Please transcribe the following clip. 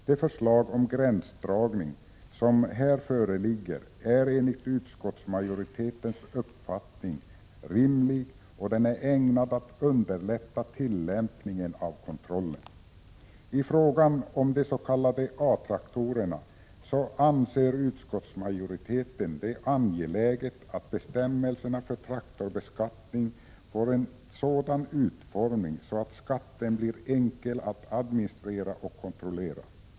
Det förslag om gränsdragning som här föreligger är enligt utskottsmajoritetens uppfattning rimlig och ägnad att underlätta tillämpningen och kontrollen. I fråga om de s.k. A-traktorerna anser utskottsmajoriteten det angeläget att bestämmelserna för traktorbeskattningen får en sådan utformning att skatten blir enkel att administrera och kontrollera.